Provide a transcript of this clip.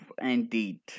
indeed